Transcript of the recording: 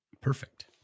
Perfect